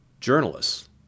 journalists